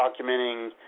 documenting